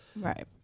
Right